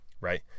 right